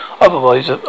otherwise